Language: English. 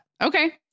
okay